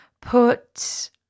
Put